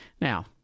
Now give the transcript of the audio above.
now